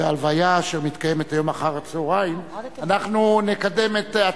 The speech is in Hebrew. יואל חסון וחיים אמסלם וקבוצת חברי הכנסת,